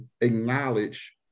acknowledge